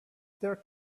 their